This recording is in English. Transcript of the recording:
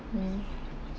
mm